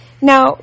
Now